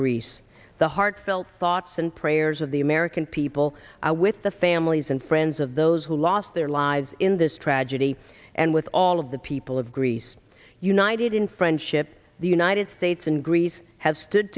greece the heartfelt thoughts and prayers of the american people are with the families and friends of those who lost their lives in this tragedy and with all of the people of greece united in friendship the united states and greece have stood